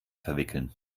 verwickeln